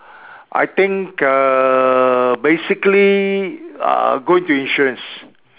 I think uh basically uh going into insurance